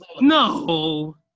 No